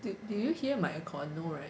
did did you hear my air con no [right]